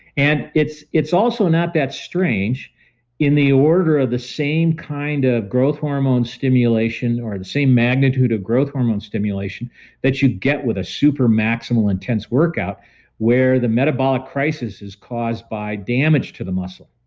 and it's it's also not that strange in the order of the same kind of ah growth hormone stimulation or the same magnitude of growth hormone stimulation that you get with a super maximal intense workout where the metabolic crisis is caused by damage to the muscle.